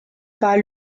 war